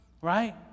right